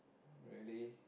really